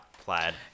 Plaid